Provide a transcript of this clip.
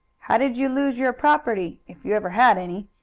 how did you lose your property, if you ever had any?